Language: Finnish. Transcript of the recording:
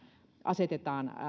asetetaan